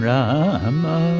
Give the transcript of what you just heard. Rama